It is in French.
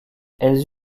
elles